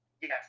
yes